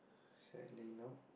sadly no